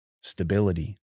stability